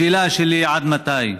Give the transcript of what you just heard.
השאלה שלי: עד מתי?